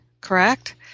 correct